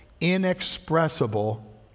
inexpressible